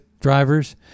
drivers